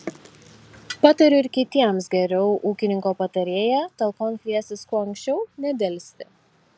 patariu ir kitiems geriau ūkininko patarėją talkon kviestis kuo anksčiau nedelsti